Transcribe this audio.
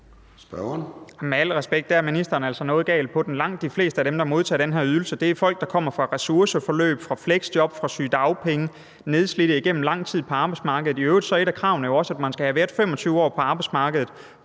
Med al respekt er ministeren altså noget galt på den. Langt de fleste af dem, der modtager den her ydelse, er folk, der kommer fra ressourceforløb, fleksjob eller sygedagpenge og er nedslidte gennem lang tid på arbejdsmarkedet. I øvrigt er et af kravene jo også, at man skal have været 25 år på arbejdsmarkedet